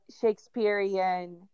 Shakespearean